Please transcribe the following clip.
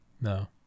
No